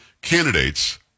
candidates